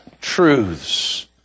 truths